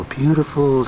beautiful